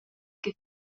che